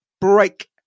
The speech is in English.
break